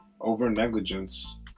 over-negligence